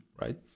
right